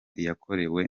iyakorewe